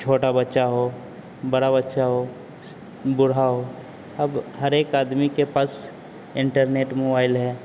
छोटा बच्चा हो बड़ा बच्चा हो स बूढ़ा हो अब हर एक आदमी के पास इंटरनेट मोवाइल है